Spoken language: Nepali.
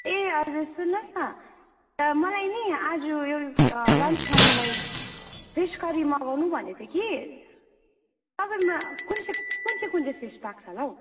ए हजुर सुन्नुहोस न मलाई नि आज लन्चमा मलाई फिस करी मगाउनु भनेको थियो कि तपाईँकोमा कुन चाहिँ कुन चाहिँ कुन चाहिँ फिस पाक्छ होला हौ